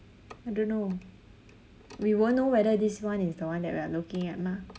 I don't know we won't know whether this is one is the one that we are looking at mah